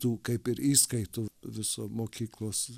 tų kaip ir įskaitų viso mokyklos